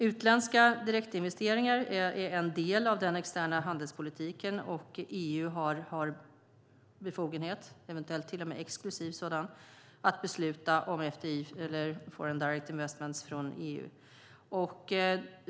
Utländska direktinvesteringar är en del av den externa handelspolitiken, och EU har befogenhet - till och med exklusiv sådan - att besluta om foreign direct investments från EU.